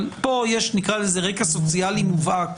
אבל פה יש רקע סוציאלי מובהק